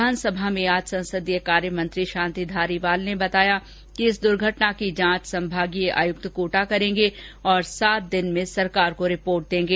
विधानसभा में आज संसदीय कार्य मंत्री शांति धारीवाल ने बताया कि इस दुर्घटना की जांच संभागीय आयुक्त कोटा करेंगे और सात दिन में सरकार को रिपोर्ट देंगे